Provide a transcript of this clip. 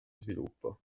sviluppo